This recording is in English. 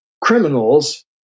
criminals